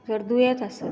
जर दुयेंत आसत